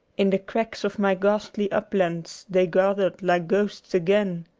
in the cracks of my ghastly uplands they gathered like ghosts again.